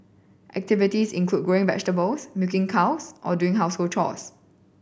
activities include growing vegetables milking cows or doing household chores